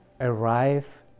arrive